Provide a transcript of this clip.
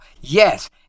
yes